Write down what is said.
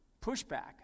pushback